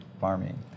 farming